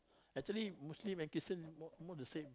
actually Muslim and Christian mo~ almost the same